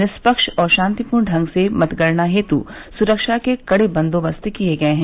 निष्पक्ष और शांतिपूर्ण ढंग से मतगणना के कार्य हेत् सुरक्षा के कड़े बन्दोबस्त किये गये हैं